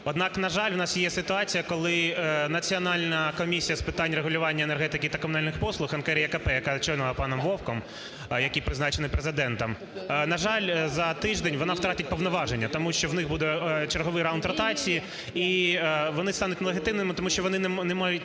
однак, на жаль, у нас є ситуація, коли Національна комісія з питань регулювання енергетики та комунальних послуг – НКРЕКП, яка очолювана паном Вовком, який призначений Президентом, на жаль, за тиждень вона втратить повноваження. Тому що в них буде черговий раунд ротації і вони стануть нелегітимними, тому що вони не мають